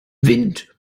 wind